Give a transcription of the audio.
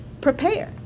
prepare